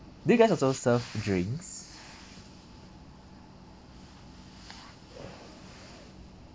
do you guys also serve drinks